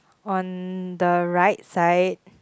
on the right side